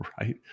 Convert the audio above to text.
right